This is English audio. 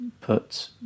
put